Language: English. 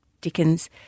Dickens